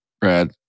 Brad